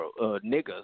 niggers